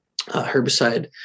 herbicide